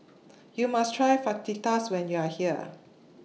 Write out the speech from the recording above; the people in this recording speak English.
YOU must Try Fajitas when YOU Are here